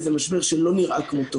זה משבר שלא נראה כמותו.